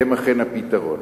הם אכן הפתרון.